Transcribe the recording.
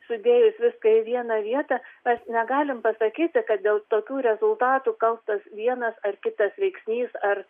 sudėjus viską į vieną vietą mes negalim pasakyti kad dėl tokių rezultatų kaltas vienas ar kitas veiksnys ar